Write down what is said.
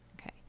okay